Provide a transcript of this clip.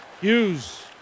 Hughes